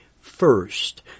first